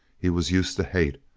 he was used to hate,